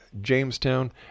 Jamestown